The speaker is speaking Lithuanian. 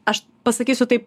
aš pasakysiu taip